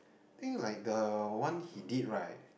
think like the one he did right